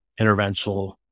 interventional